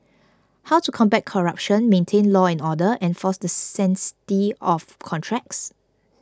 how to combat corruption maintain law and order enforce the sanctity of contracts